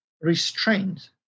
restraint